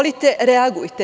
Reagujte.